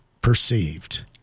perceived